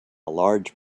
large